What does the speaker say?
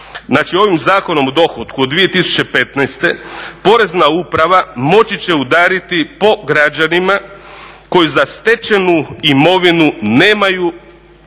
ovim Zakonom o dohotku 2015. porezna uprava moći će udariti po građanima koji za stečenu imovinu nemaju pokrića